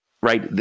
right